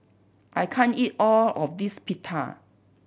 I can't eat all of this Pita